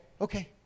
Okay